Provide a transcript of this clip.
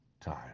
time